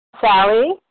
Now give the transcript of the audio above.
Sally